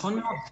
נכון מאוד.